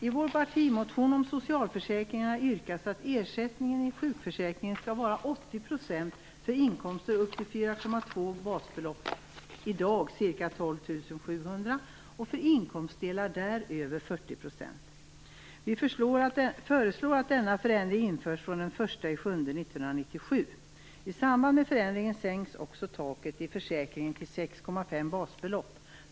I vår partimotion om socialförsäkringarna yrkas att ersättningen i sjukförsäkringen skall vara 80 % för inkomster upp till 4,2 basbelopp - i dag ca 12 700 kr - och för inkomstdelar däröver 40 %. Miljöpartiet föreslår att denna förändring införs från den 1 juli 1997. I samband med förändringen sänks också taket i försäkringen till 6,5 basbelopp.